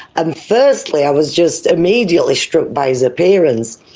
and firstly i was just immediately struck by his appearance.